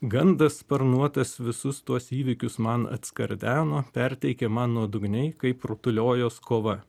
gandas sparnuotas visus tuos įvykius man atskardeno perteikė man nuodugniai kaip rutuliojos kova